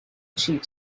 chief